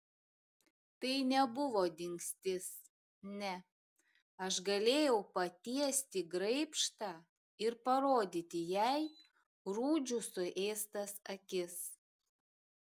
tai nebuvo dingstis ne aš galėjau patiesti graibštą ir parodyti jai rūdžių suėstas akis